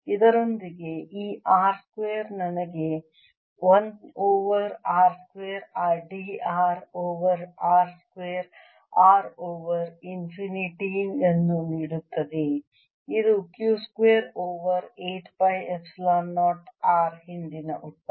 ಇದರೊಂದಿಗೆ ಈ r square ನಗೆ 1 over r square dr over r square r over infinity ಯನ್ನು ನೀಡುತ್ತದೆ ಇದು Q square over 8 pi epsilon 0 R ಹಿಂದಿನ ಉತ್ತರ